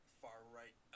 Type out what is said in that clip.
far-right